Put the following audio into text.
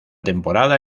temporada